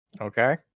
Okay